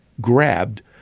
grabbed